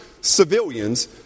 civilians